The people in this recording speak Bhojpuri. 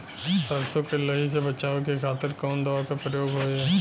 सरसो के लही से बचावे के खातिर कवन दवा के प्रयोग होई?